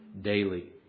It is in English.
daily